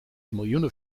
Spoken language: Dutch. miljoenen